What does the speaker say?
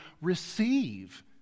receive